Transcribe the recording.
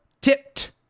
tipped